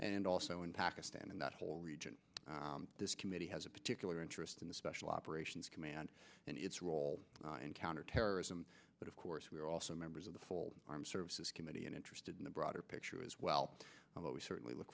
and also in pakistan and that whole region this committee has a particular interest in the special operations command and its role in counterterrorism but of course we are also members of the full armed services committee and interested in the broader picture as well although we certainly look